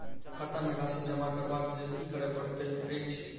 खाता मे राशि जमा करबाक लेल की करै पड़तै अछि?